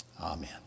Amen